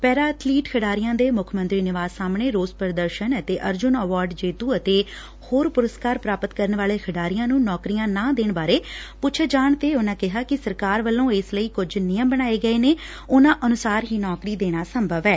ਪੈਰਾ athlete ਖਿਡਾਰੀਆਂ ਦੇ ਮੁੱਖ ਮੰਤਰੀ ਨਿਵਾਸ ਸਾਹਮਣੇ ਰੋਸ ਪ੍ਰਦਰਸਨ ਅਤੇ ਅਰਜੁਨ ਐਵਾਰਡ ਜੇੜੂ ਅਤੇ ਹੋਰ ਪੂਰਸਕਾਰ ਪ੍ਰਾਪਤ ਕਰਨ ਵਾਲੇ ਖਿਡਾਰੀਆਂ ਨੂੰ ਨੌਕਰੀਆਂ ਨਾ ਦੇਣ ਬਾਰੇ ਪੁੱਛੇ ਜਾਣ ਤੇ ਉਨੂਾਂ ਕਿਹਾ ਕਿ ਸਰਕਾਰ ਵੱਲੋਂ ਇਸ ਲਈ ਕੁਝ ਨਿਯਮ ਬਣਾਏ ਨੇ ਉਨੂਂ ਅਨੁਸਾਰ ਹੀ ਨੌਕਰੀ ਦੇਣਾ ਸੰਭਵ ਐ